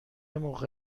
موقع